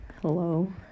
Hello